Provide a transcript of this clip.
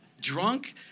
drunk